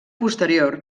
posterior